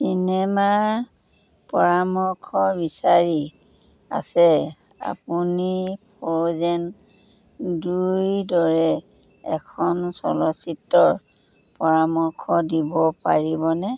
চিনেমাৰ পৰামৰ্শ বিচাৰি আছে আপুনি ফ্ৰ'জেন দুইৰ দৰে এখন চলচ্চিত্ৰৰ পৰামৰ্শ দিব পাৰিবনে